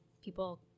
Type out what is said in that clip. people